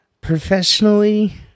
professionally